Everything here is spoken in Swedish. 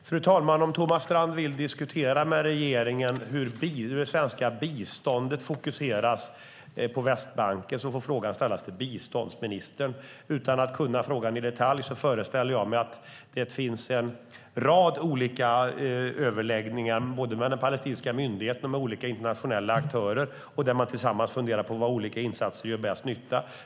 Fru talman! Om Thomas Strand vill diskutera med regeringen hur det svenska biståndet fokuseras på Västbanken får frågan ställas till biståndsministern. Utan att kunna frågan i detalj föreställer jag mig att det finns en rad olika överläggningar både med den palestinska myndigheten och med olika internationella aktörer där man tillsammans funderar på var olika insatser gör bäst nytta.